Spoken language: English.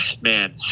man